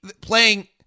playing